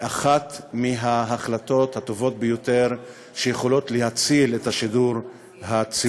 אחת מההחלטות הטובות ביותר שיכולות להציל את השידור הציבורי.